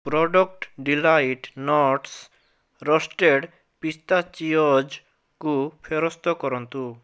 product delight nuts roasted ପିସ୍ତାଚିଓଜ୍କୁ ଫେରସ୍ତ କରନ୍ତୁ